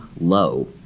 low